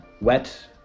wet